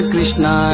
Krishna